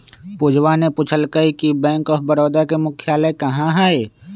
पूजवा ने पूछल कई कि बैंक ऑफ बड़ौदा के मुख्यालय कहाँ हई?